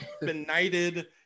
benighted